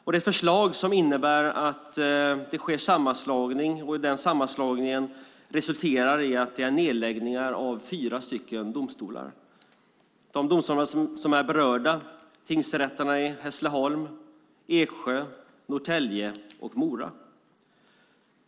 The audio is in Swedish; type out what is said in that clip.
Det som föreslås innebär en sammanslagning som resulterar i nedläggning av fyra domstolar. Berörda domstolar är tingsrätterna i Hässleholm, Eksjö, Norrtälje och Mora.